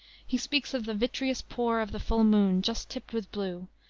he speaks of the vitreous pour of the full moon, just tinged with blue,